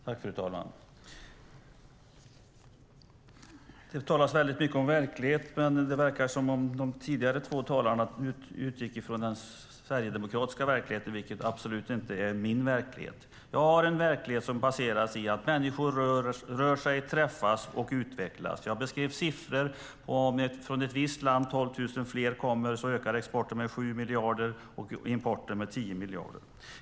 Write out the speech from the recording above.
Fru talman! Det talas väldigt mycket om verklighet. Det verkar som att de två tidigare talarna utgår från den sverigedemokratiska verkligheten, vilket absolut inte är min verklighet. Jag har en verklighet som baseras i att människor rör sig, träffas och utvecklas. Jag beskrev siffror. Om det kommer 12 000 fler från ett visst land ökar exporten med 7 miljarder och importen med 10 miljarder.